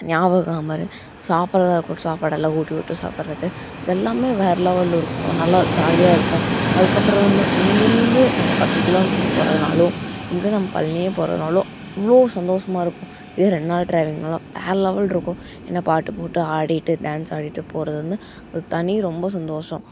ஞாபகம் மாதிரி சாப்பிட்றதா இருக்கட்டும் சாப்பாடெல்லாம் ஊட்டிவிட்டு சாப்பிட்றது இதெல்லாமே வேறு லெவலில் இருக்கும் நல்லா ஜாலியாக இருக்கும் அதுக்கப்புறம் வந்து இங்கிருந்து நம்ம பத்து கிலோ மீட்ரு போகிறதுனாலும் இங்கிருந்து நம்ம பழனியே போகிறதுனாலும் அவ்வளோ சந்தோஷமாக இருக்கும் இதே ரெண்டு நாள் டிரைவிங்னாலும் வேறு லெவல் இருக்கும் என்ன பாட்டு போட்டு ஆடிகிட்டு டான்ஸ் ஆடிக்கிட்டு போவது வந்து ஒரு தனி ரொம்ப சந்தோஷம்